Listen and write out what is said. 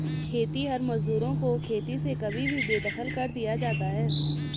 खेतिहर मजदूरों को खेती से कभी भी बेदखल कर दिया जाता है